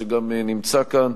שגם נמצא כאן,